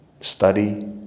Study